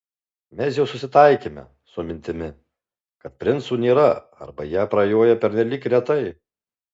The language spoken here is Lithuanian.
mes jau susitaikėme su mintimi kad princų nėra arba jie prajoja pernelyg retai